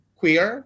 queer